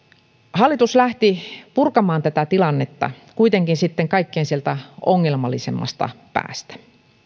hallitus lähti purkamaan tätä tilannetta kuitenkin sitten sieltä kaikkein ongelmallisimmasta päästä